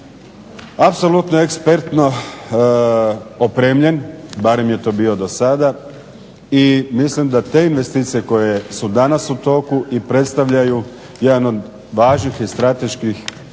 apsolutno ekspertno opremljen, barem je to bio do sada. I mislim da te investicije koje su danas u toku i predstavljaju jedan od važnih i strateških